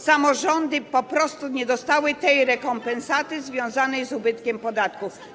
Samorządy po prostu nie dostały rekompensaty związanej z ubytkiem podatku.